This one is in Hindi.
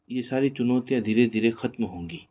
ये सारी चुनौतियाँ धीरे धीरे खत्म होंगी